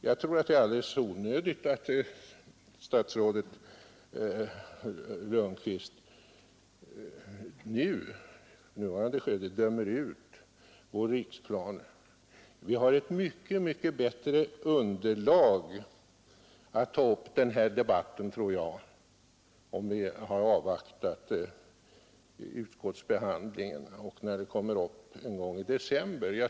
Jag tror det är alldeles onödigt att också statsrådet Lundkvist i nuvarande skede dömer ut vår riksplan. Vi kommer nog att ha ett mycket bättre underlag för en debatt om vi väntar tills efter utskottsbehandlingen.